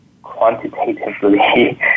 quantitatively